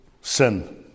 sin